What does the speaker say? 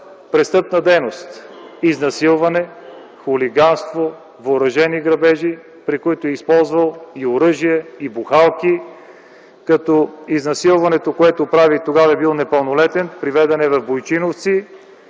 престъпна дейност: изнасилване, хулиганство, въоръжени грабежи, при които е използвал и оръжие, и бухалки. Когато прави изнасилването, е бил непълнолетен и е приведен в Бойчиновци.